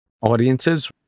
audiences